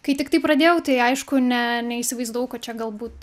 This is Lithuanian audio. kai tiktai pradėjau tai aišku ne neįsivaizdavau kad čia galbūt